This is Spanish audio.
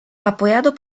apoyado